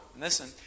Listen